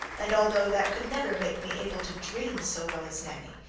and although that could never make me able to dream so well as nanny,